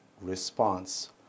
response